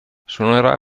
suonerà